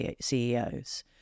CEOs